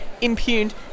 impugned